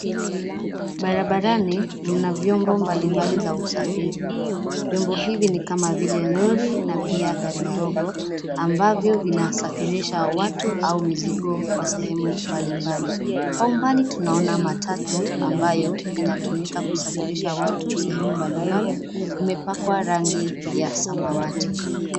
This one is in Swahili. Barabarani mna vyombo mbalimbali za usafiri, vyombo hivi ni kama vile lori na pia gari ndogo, ambavyo vinasafirisha watu au mizigo kwa sehemu mbalimbali. Kwa umbali tunaona matatu ambayo inatumika kusafirisha watu sehemu mbalimbali, imepakwa rangi ya samawati.